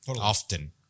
often